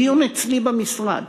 בדיון אצלי במשרד